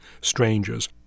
strangers